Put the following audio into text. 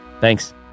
Thanks